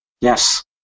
Yes